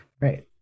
Right